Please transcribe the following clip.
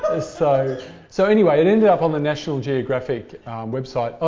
so so anyway, it ended up on the national geographic website.